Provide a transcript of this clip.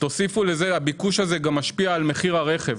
תוסיפו לזה, הביקוש הזה גם משפיע על מחיר הרכב.